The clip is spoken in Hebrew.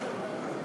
הציבורית,